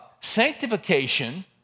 Sanctification